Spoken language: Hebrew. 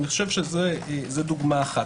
זו דוגמה אחרת.